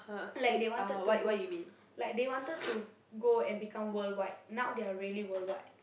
like they wanted to go like they wanted to go and become worldwide now they're really worldwide